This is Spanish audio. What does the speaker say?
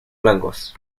flancos